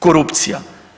Korupcija.